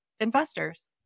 investors